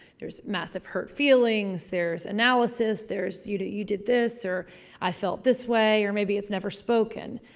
there's massive hurt feelings. there's and analsys. there's, you did you did this or i felt this way or maybe it's never spoken.